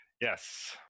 yes